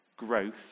Growth